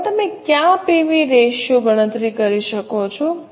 હવે તમે કયા 4 પીવી રેશિયો ગણતરી કરી શકો છો